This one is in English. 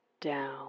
Down